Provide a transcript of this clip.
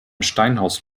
steinhaus